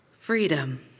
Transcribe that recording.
Freedom